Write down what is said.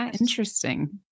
interesting